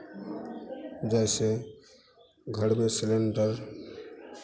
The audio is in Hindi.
जैसे घर में सिलेंडर